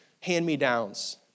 hand-me-downs